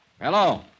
Hello